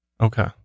Okay